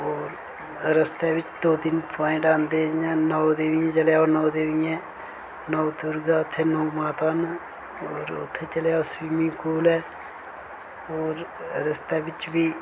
होर रस्ते बिच्च दो तिन प्वाइंट आंदे जियां नौ देवियां जेल्लै आओ नौ देवियें नवदुर्गा उत्थै नौ माता न होर उत्थें चली जाओ स्विमिंग पूल ऐ होर रस्ते बिच्च बी